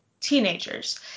teenagers